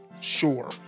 Sure